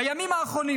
בימים האחרונים